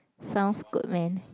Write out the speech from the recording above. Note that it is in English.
sounds good man